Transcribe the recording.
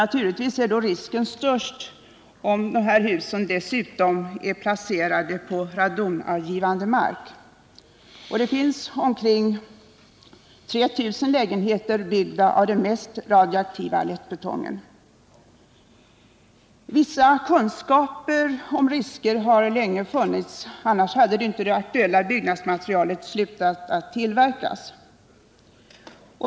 Naturligtvis är då risken störst, om de här husen dessutom är placerade på radonavgivande mark. Det finns omkring 3 000 lägenheter, byggda av den mest radioaktiva lättbetongen. Viss kunskap om riskerna har funnits länge. Annars hade man inte slutat att tillverka det aktuella byggnadsmaterialet.